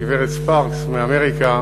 הגברת פארקס מאמריקה